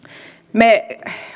me